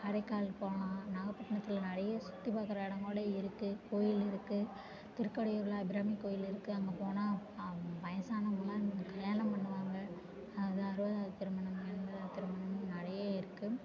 காரைக்கால் போகலாம் நாகப்பட்டினத்தில் நிறைய சுற்றி பார்க்கற இடங்கூட இருக்கு கோயில் இருக்கு திருக்கடையூரில் அபிராமி கோயில் இருக்கு அங்கே போனா வயசானவங்கள்லாம் கல்யாணம் பண்ணுவாங்க அது அறுபதாது திருமணம் எண்பதாவது திருமணம் நிறைய இருக்கு